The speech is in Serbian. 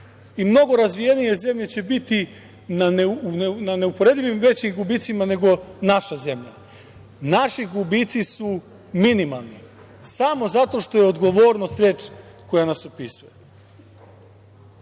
I mnogo razvijenije zemlje će biti u neuporedivo većim gubicima, nego naša zemlja. Naši gubici su minimalni samo zato što je odgovornost reč koja nas opisuje. Želim